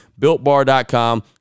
BuiltBar.com